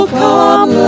come